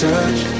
Touch